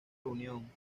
reunión